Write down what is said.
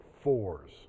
fours